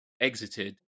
exited